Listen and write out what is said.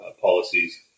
policies